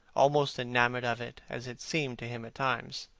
almost enamoured of it, as it seemed to him at times.